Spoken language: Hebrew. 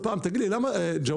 פעם שאלתי אותו הכינוי שלו הוא ג'מוס